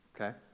Okay